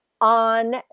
on